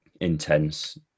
intense